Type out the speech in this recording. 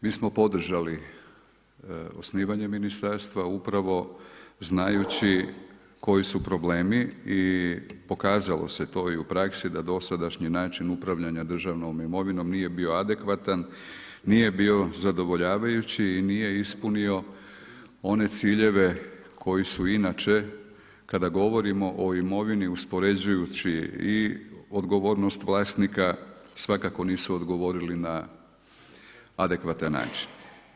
Mi smo podržali osnivanje ministarstva upravo znajući koji su problemi i pokazalo se to i u praksi da dosadašnji način upravljanja državnom imovinom nije bio adekvatan, nije bio zadovoljavajući i nije ispunio one ciljeve koji su inače kada govorimo o imovini uspoređujući i odgovornost vlasnika svakako nisu odgovorili na adekvatan način.